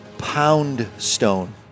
Poundstone